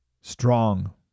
strong